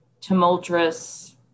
tumultuous